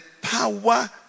power